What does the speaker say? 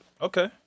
Okay